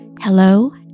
hello